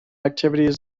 activities